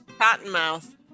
Cottonmouth